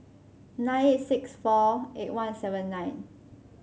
nine eight six four eight one seven nine